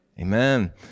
Amen